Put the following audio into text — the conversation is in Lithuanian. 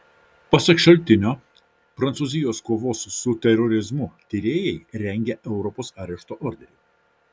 pasak šaltinio prancūzijos kovos su terorizmu tyrėjai rengia europos arešto orderį